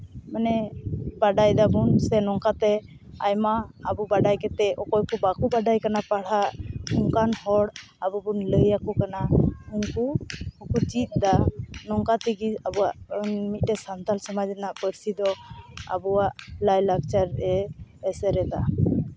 ᱢᱟᱱᱮ ᱵᱟᱰᱟᱭ ᱫᱟᱵᱚᱱ ᱥᱮ ᱱᱚᱝᱠᱟᱛᱮ ᱟᱭᱢᱟ ᱟᱵᱚ ᱵᱟᱰᱟᱭ ᱠᱟᱛᱮᱫ ᱚᱠᱚᱭ ᱠᱚ ᱵᱟᱠᱚ ᱵᱟᱰᱟᱭ ᱠᱟᱱᱟ ᱯᱟᱲᱦᱟᱜ ᱚᱱᱠᱟᱱ ᱦᱚᱲ ᱟᱵᱚ ᱵᱚᱱ ᱞᱟᱹᱭᱟᱠᱚ ᱠᱟᱱᱟ ᱦᱚᱸᱠᱚ ᱪᱮᱫ ᱫᱟ ᱱᱚᱝᱠᱟ ᱛᱮᱜᱮ ᱢᱤᱫᱴᱟᱝ ᱟᱵᱚᱣᱟᱜ ᱥᱟᱱᱛᱟᱲ ᱥᱚᱢᱟᱡᱽ ᱨᱮᱱᱟᱜ ᱯᱟᱹᱨᱥᱤ ᱫᱚ ᱟᱵᱚᱣᱟᱜ ᱞᱟᱭᱼᱞᱟᱠᱪᱟᱨᱮ ᱮᱥᱮᱨ ᱮᱫᱟ